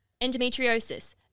Endometriosis